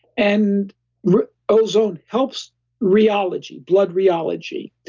and ozone helps rheology, blood rheology.